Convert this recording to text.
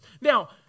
Now